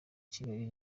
kigali